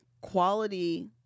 quality